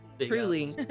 truly